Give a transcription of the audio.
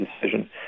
decision